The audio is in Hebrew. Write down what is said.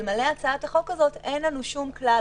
אלמלא הצעת החוק הזאת אין לנו שום כלל